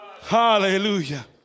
Hallelujah